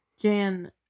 Jan